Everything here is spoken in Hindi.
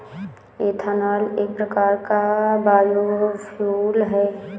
एथानॉल एक प्रकार का बायोफ्यूल है